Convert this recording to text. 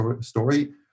story